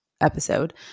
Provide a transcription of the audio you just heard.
episode